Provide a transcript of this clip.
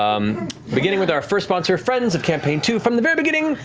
um beginning with our first sponsor friends of campaign two, from the very beginning,